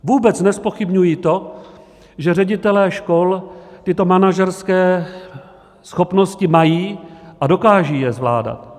Vůbec nezpochybňuji to, že ředitelé škol tyto manažerské schopnosti mají a dokážou je zvládat.